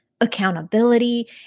accountability